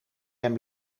hem